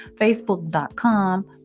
facebook.com